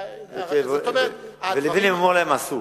זאת אומרת, הדברים, ולבנים אמור להם עשו.